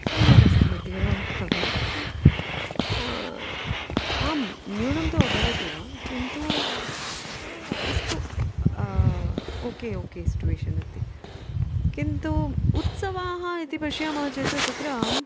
सम्यगस्ति इत्येव वक्तव्यम् आम् न्यूनं तु अभवति एव किन्तु अस्तु ओके ओके सिचुएषन् इति किन्तु उत्सवाः इति पश्यामः चेत् तत्र